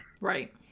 right